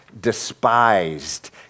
despised